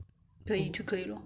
可以就可以 lor